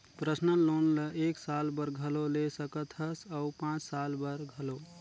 personal loan ल एक साल बर घलो ले सकत हस अउ पाँच साल बर घलो